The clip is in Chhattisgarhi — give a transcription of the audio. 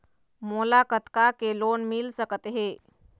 मोला कतका के लोन मिल सकत हे?